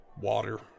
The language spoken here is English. water